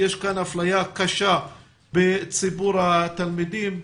יש כאן אפליה קשה בציבור התלמידים.